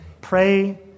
pray